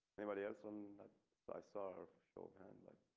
anybody else when i saw her shorthand like.